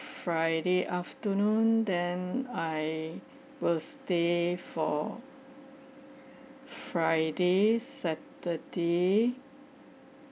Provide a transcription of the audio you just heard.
friday afternoon then I will stay for friday saturday